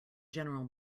general